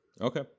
Okay